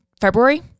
February